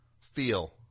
feel